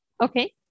Okay